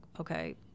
okay